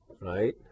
right